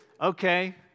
Okay